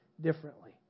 differently